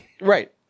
Right